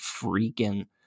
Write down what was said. freaking